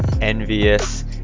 Envious